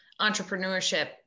entrepreneurship